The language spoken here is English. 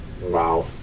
Wow